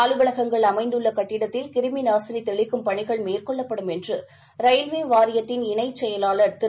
அலுவலகங்கள் அமைந்துள்ள கட்டிடத்தில் கிருமிநாசினி தெளிக்கும் பணிகள் மேற்கொள்ளப்படும் என்று ரயில்வே வாரியத்தின இணை செயலாளர் திரு